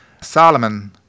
Solomon